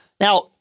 now